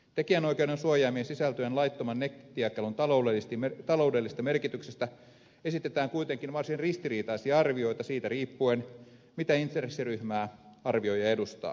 tekijänoikeuden suojaamien sisältöjen laittoman nettijakelun taloudellisesta merkityksestä esitetään kuitenkin varsin ristiriitaisia arvioita siitä riippuen mitä intressiryhmää arvioija edustaa